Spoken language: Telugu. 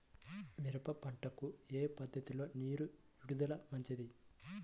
మిరప పంటకు ఏ పద్ధతిలో నీరు విడుదల మంచిది?